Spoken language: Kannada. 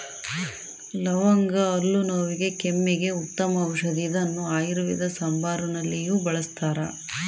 ಲವಂಗ ಹಲ್ಲು ನೋವಿಗೆ ಕೆಮ್ಮಿಗೆ ಉತ್ತಮ ಔಷದಿ ಇದನ್ನು ಆಯುರ್ವೇದ ಸಾಂಬಾರುನಲ್ಲಿಯೂ ಬಳಸ್ತಾರ